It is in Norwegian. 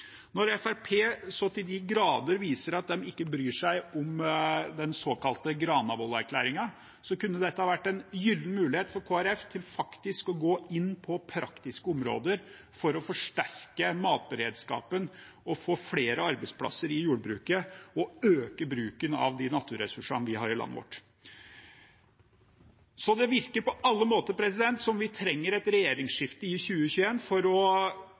Når Fremskrittspartiet så til de grader viser at de ikke bryr seg om den såkalte Granavolden-erklæringen, kunne dette vært en gyllen mulighet for Kristelig Folkeparti til å gå inn på praktiske områder for å forsterke matberedskapen, få flere arbeidsplasser i jordbruket og øke bruken av de naturressursene vi har i landet vårt. Det virker på alle måter som om vi trenger et regjeringsskifte i 2021 for å